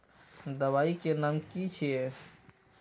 दबाई के नाम की छिए?